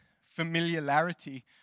familiarity